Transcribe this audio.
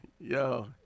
yo